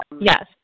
Yes